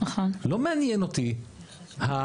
לא מעניין אותי מה